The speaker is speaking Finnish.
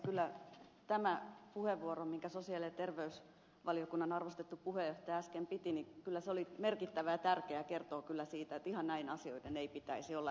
kyllä tämä puheenvuoro minkä sosiaali ja terveysvaliokunnan arvostettu puheenjohtaja äsken piti oli merkittävä ja tärkeä ja kertoo kyllä siitä että ihan näin asioiden ei pitäisi olla